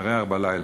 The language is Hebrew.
וירח בלילה.